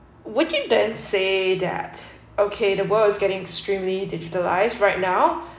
we can then say that okay the world is getting extremely digitalised right now